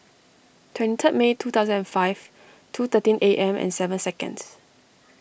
twenty third May two thousand and five two thirteen A M and seven seconds